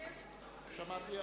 היא כדלקמן: שלמה מולה,